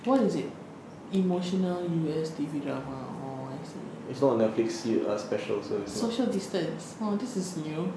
what is it emotional U_S T_V drama or what social distance oh this is new